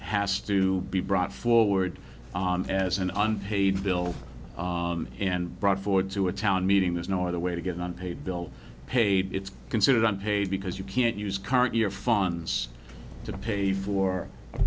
has to be brought forward as an unpaid bill and brought forward to a town meeting there's no other way to get an unpaid bill paid it's considered on pay because you can't use current year funds to pay for